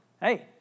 Hey